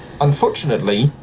unfortunately